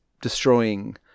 destroying